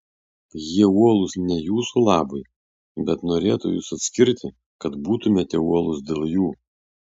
jie uolūs ne jūsų labui bet norėtų jus atskirti kad būtumėte uolūs dėl jų